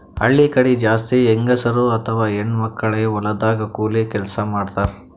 ಹಳ್ಳಿ ಕಡಿ ಜಾಸ್ತಿ ಹೆಂಗಸರ್ ಅಥವಾ ಹೆಣ್ಣ್ ಮಕ್ಕಳೇ ಹೊಲದಾಗ್ ಕೂಲಿ ಕೆಲ್ಸ್ ಮಾಡ್ತಾರ್